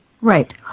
Right